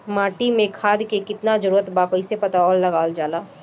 माटी मे खाद के कितना जरूरत बा कइसे पता लगावल जाला?